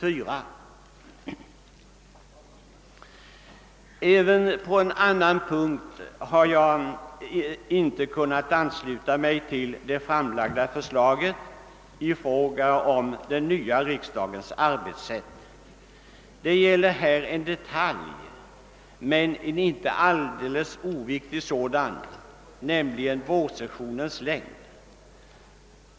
Sedan finns det också en annan punkt, där jag inte har kunnat ansluta mig till det framlagda förslaget rörande den nya riksdagens arbetssätt. Det gäller en detalj, men en inte alldeles oviktig sådan, nämligen <vårsessionens längd.